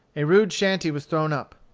a rude shanty was thrown up.